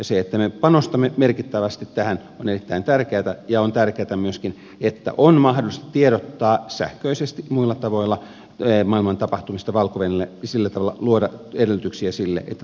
se että me panostamme merkittävästi tähän on erittäin tärkeätä ja on tärkeätä myöskin että on mahdollista tiedottaa sähköisesti ja muilla tavoilla maailman tapahtumista valko venäjällä ja sillä tavalla luoda edellytyksiä sille että tulevaisuudessa tilanne voisi parantua